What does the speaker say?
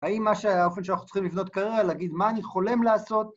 האם האופן שאנחנו צריכים לבנות קריירה, להגיד מה אני חולם לעשות?